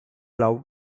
love